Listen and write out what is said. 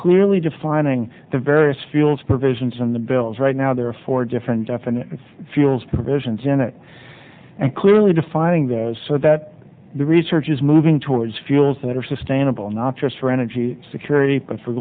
clearly defining the various fields provisions in the bills right now there are four different definitions fuels provisions in it and clearly defining the wall so that the research is moving towards fuels that are sustainable not just for energy security for